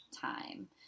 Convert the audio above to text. time